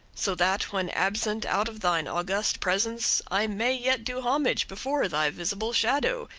so that when absent out of thine august presence i may yet do homage before thy visible shadow,